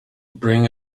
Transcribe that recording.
bring